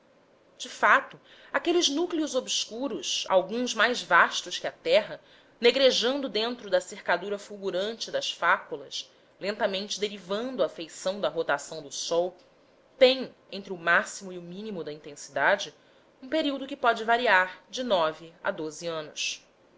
de fato aqueles núcleos obscuros alguns mais vastos que a terra negrejando dentro da cercadura fulgurante das fáculas lentamente derivando à feição da rotação do sol têm entre o máximo e o mínimo da intensidade um período que pode variar de nove a doze anos